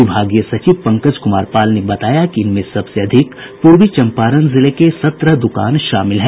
विभागीय सचिव पंकज कुमार पाल ने बताया कि इनमें सबसे अधिक पूर्वी चम्पारण जिले के सत्रह दुकान शामिल हैं